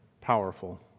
powerful